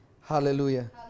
Hallelujah